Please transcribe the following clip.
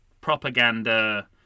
propaganda